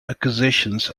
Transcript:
accusations